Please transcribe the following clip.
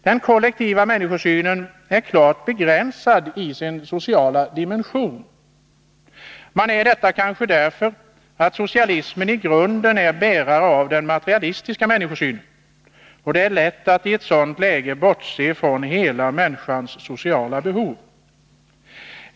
Den kollektiva människosynen är klart begränsad i sin sociala dimension. Kanske beror detta på att socialismen i grunden är bärare av den materialistiska människosynen, och det är lätt att i ett sådant läge bortse från hela människans sociala behov.